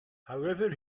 however